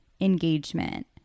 engagement